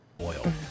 Oil